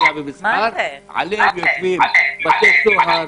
עליהם יושבים בתי סוהר